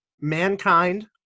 Mankind